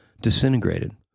disintegrated